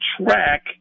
track